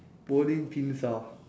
bowling pins ah